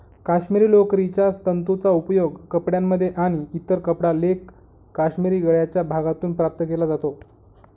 काश्मिरी लोकरीच्या तंतूंचा उपयोग कपड्यांमध्ये आणि इतर कपडा लेख काश्मिरी गळ्याच्या भागातून प्राप्त केला जातो